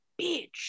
bitch